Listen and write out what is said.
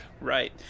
Right